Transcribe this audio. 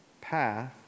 path